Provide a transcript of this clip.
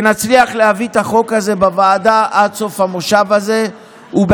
אני תפילה שנצליח להעביר את החוק הזה בוועדה עד סוף המושב הזה ובהסכמה.